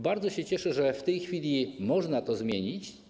Bardzo się cieszę, że w tej chwili można to zmienić.